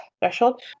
threshold